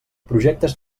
projectes